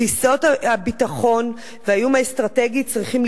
תפיסות הביטחון והאיום האסטרטגי צריכים